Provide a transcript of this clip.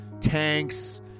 tanks